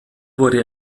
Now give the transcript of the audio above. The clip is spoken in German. wurde